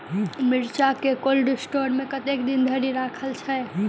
मिर्चा केँ cold store मे कतेक दिन धरि राखल छैय?